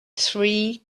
three